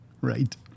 Right